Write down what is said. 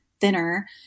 thinner